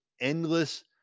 endless